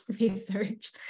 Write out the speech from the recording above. research